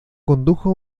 condujo